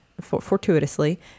fortuitously